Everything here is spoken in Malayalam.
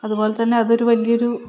അതുപോലെത്തന്നെ അതൊരു വലിയൊരു